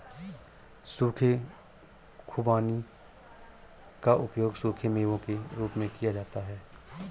सूखे खुबानी का उपयोग सूखे मेवों के रूप में किया जाता है